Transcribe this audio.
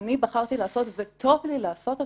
שאני בחרתי לעשות וטוב לי לעשות אותו.